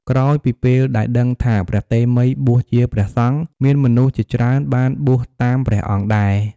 ក្រោយពីពេលដែលដឹងថាព្រះតេមិយបួសជាព្រះសង្ឃ មានមនុស្សជាច្រើនបានបួសតាមព្រះអង្គដែរ។